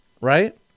right